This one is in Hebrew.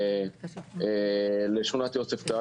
לשכונת יוספטל.